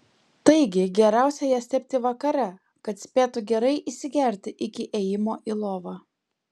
taigi geriausia jas tepti vakare kad spėtų gerai įsigerti iki ėjimo į lovą